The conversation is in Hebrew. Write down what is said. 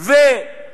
של אותו חומר.